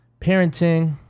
parenting